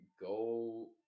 go